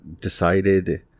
decided